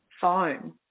phone